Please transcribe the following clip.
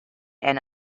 and